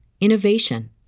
innovation